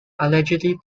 allegedly